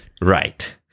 Right